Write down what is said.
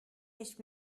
ich